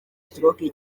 stroke